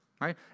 right